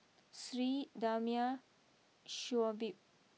Sri Damia Shoaib